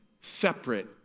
separate